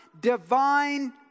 divine